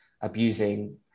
abusing